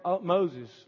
Moses